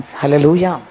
Hallelujah